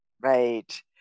right